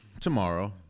tomorrow